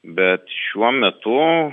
bet šiuo metu